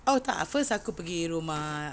oh tak at first aku pergi rumah